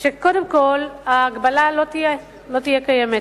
שקודם כול, ההגבלה לא תהיה קיימת.